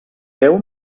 veu